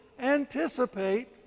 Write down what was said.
anticipate